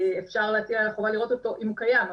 אפשר להציע חובה לראות אותו אם הוא קיים,